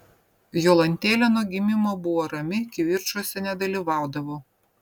jolantėlė nuo gimimo buvo rami kivirčuose nedalyvaudavo